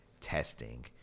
testing